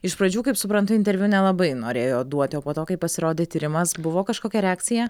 iš pradžių kaip suprantu interviu nelabai norėjo duoti o po to kai pasirodė tyrimas buvo kažkokia reakcija